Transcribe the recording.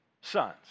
sons